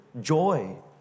joy